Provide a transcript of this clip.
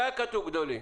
לא היה כתוב גדולים.